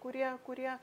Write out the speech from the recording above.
kurie kurie